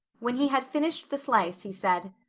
when he had finished the slice he said,